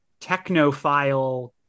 technophile